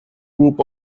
group